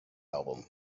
album